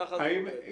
ככה זה עובד.